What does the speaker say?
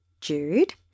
Jude